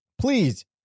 please